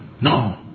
No